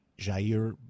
Jair